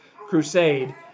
crusade